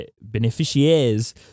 beneficiaries